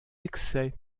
excès